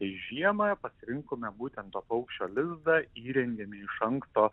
žiemą pasirinkome būtent to paukščio lizdą įrengiami iš anksto